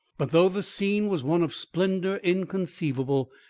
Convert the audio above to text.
but though the scene was one of splendour inconceivable,